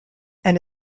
and